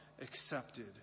accepted